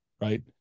Right